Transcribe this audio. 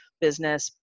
business